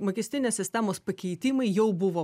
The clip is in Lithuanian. mokestinės sistemos pakeitimai jau buvo